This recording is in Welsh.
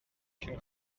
cyn